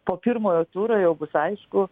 po pirmojo turo jau bus aišku